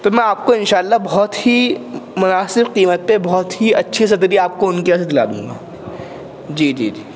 تو میں آپ کو ان شاء اللہ بہت ہی مناسب قیمت پہ بہت ہی اچھی صدری آپ کو ان کے یہاں سے دلا دوں گا جی جی جی